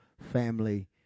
family